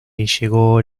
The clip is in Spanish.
llegó